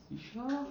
you sure